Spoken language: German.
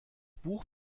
buch